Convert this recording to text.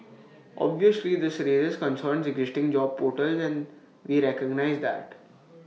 obviously this raises concerns existing job portals and we recognise that